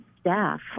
staff